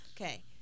Okay